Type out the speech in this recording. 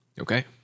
Okay